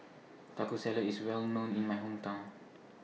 Taco Salad IS Well known in My Hometown